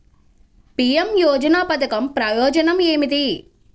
PM యోజన పధకం ప్రయోజనం ఏమితి?